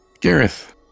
Gareth